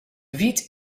wyt